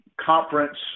conference